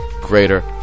greater